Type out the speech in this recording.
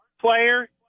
player